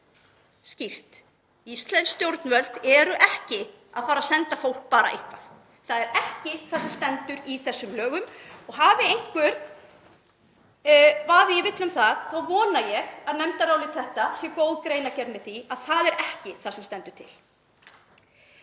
Skýrt: Íslensk stjórnvöld eru ekki að fara að senda fólk bara eitthvert. Það er ekki það sem stendur í þessum lögum. Og hafi einhver vaðið í villu um það þá vona ég að nefndarálit þetta sé góð greinargerð með því að það er ekki það sem stendur til.